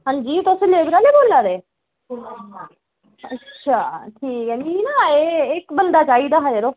हंजी तुस लेबर आह्ले बोल्ला दे अच्छा ठीक ऐ मी ना एह् इक बंदा चाहिदा हा जरो